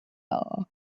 bar